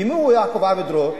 ומיהו יעקב עמידרור?